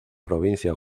provincia